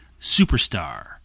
superstar